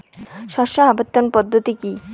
শস্য আবর্তন পদ্ধতি কি?